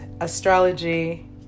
astrology